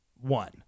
one